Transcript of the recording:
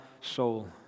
soul